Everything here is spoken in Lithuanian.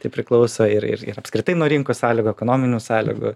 tai priklauso ir ir ir apskritai nuo rinkos sąlygų ekonominių sąlygų